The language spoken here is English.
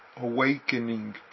awakening